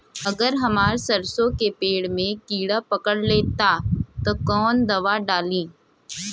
अगर हमार सरसो के पेड़ में किड़ा पकड़ ले ता तऽ कवन दावा डालि?